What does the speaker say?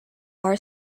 our